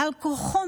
בעל כורחו,